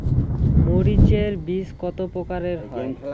মরিচ এর বীজ কতো প্রকারের হয়?